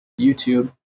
YouTube